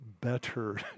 better